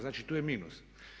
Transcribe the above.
Znači tu je minus.